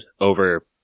over